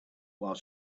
while